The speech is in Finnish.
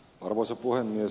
arvoisa puhemies